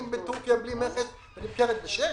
מטורקיה בלי מכס ונמכרת ב-6 שקלים?